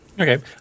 Okay